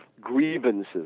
grievances